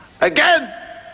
Again